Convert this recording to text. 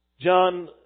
John